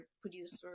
producer